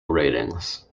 ratings